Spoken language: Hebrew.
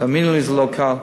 תאמינו לי, זה לא קל.